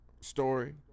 story